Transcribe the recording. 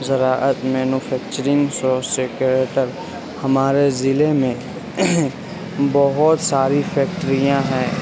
زراعت مینوفیکچرنگ سو سیکیٹر ہمارے ضلعے میں بہت ساری فیکٹریاں ہیں